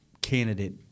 candidate